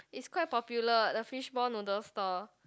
it's quite popular the fishball noodle store